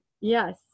Yes